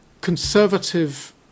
conservative